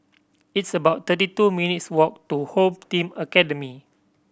it's about thirty two minutes' walk to Home Team Academy